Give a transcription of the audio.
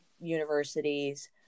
universities